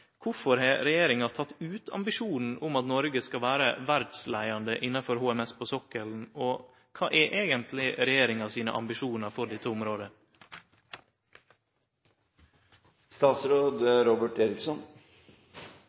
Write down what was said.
har regjeringa teke ut ambisjonen om at Noreg skal vere verdsleiande innan HMT på sokkelen, og kva er eigentleg regjeringa sine ambisjonar for dette